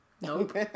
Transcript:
Nope